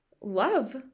love